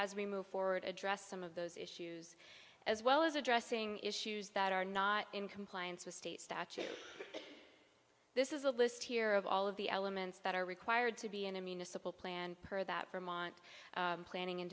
as we move forward address some of those issues as well as addressing issues that are not in compliance with state statute this is a list here of all of the elements that are required to be in a municipal plan per that vermont planning and